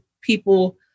people